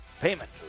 payment